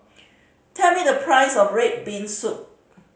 tell me the price of red bean soup